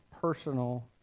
personal